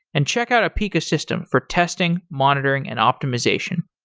and check out apica system for testing, monitoring, and optimization.